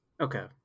Okay